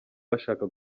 bashaka